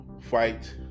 fight